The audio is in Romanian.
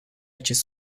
acest